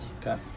Okay